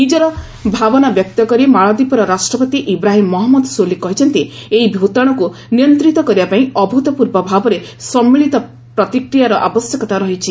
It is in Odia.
ନିଜର ଭାବନା ବ୍ୟକ୍ତ କରି ମାଳଦୀପର ରାଷ୍ଟ୍ରପତି ଇବ୍ରାହିମ୍ ମହଞ୍ଜଦ ସୋଲି କହିଛନ୍ତି ଏହି ଭୂତାଶୁକୁ ନିୟନ୍ତିତ କରିବାପାଇଁ ଅଭ୍ତପୂର୍ବ ଭାବରେ ସମ୍ମିଳିତ ପ୍ରତିକ୍ରିୟାର ଆବଶ୍ୟକତା ରହିଛି